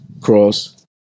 cross